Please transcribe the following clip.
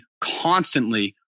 constantly